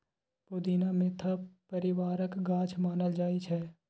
पोदीना Mentha परिबारक गाछ मानल जाइ छै